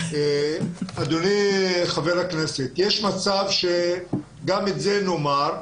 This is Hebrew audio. אדוני חבר הכנסת, יש מצב שגם את זה נאמר.